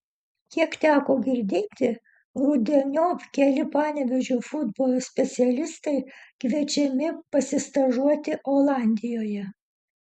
kiek teko girdėti rudeniop keli panevėžio futbolo specialistai kviečiami pasistažuoti olandijoje